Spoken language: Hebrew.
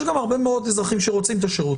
יש גם הרבה מאוד אזרחים שרוצים את השירות